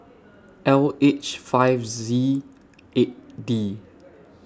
L H five Z eight D